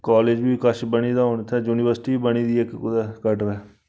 college बी कश बनी गेदा हून इत्थै युनिवर्सिटी बी बनी गेदी कुतै इक कटरै